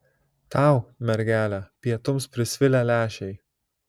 tau mergele pietums prisvilę lęšiai